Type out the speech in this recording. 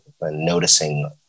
noticing